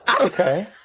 Okay